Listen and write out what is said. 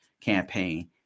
campaign